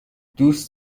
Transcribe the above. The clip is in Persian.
دوست